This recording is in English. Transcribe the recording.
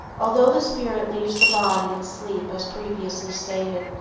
although the spirit leaves the body in sleep as previously stated,